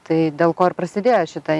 tai dėl ko ir prasidėjo šita